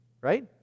Right